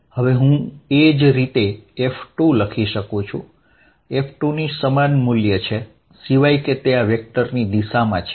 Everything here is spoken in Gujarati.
હવે હું એ જ રીતે F2 લખી શકું છું F2 નું મેગ્નીટ્યૂડ સમાન જ હશે અને તે આ વેક્ટર મુજબ હશે